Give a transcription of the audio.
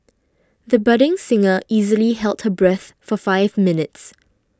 the budding singer easily held her breath for five minutes